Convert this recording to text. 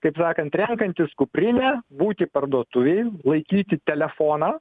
kaip sakant renkantis kuprinę būti parduotuvėj laikyti telefoną